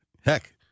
heck